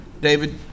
David